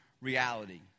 reality